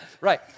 right